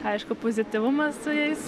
aišku pozityvumas su jais